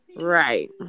Right